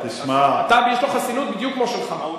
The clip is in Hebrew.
יש לו חסינות בדיוק כמו שלך.